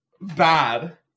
bad